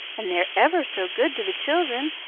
and they are ever so good to the children,